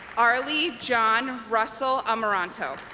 arlly john russell amaranto